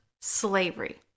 slavery